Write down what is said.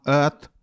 earth